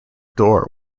door